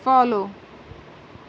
follow